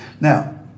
Now